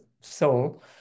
soul